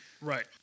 Right